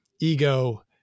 ego